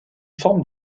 forme